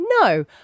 No